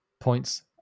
points